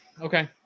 Okay